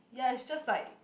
ya it's just like